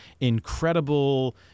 incredible